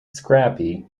scrappy